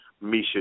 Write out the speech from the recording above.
Misha